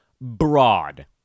broad